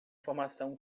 formação